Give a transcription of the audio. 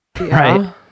Right